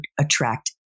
attract